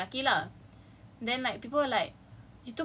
actions or something like that like action taken towards the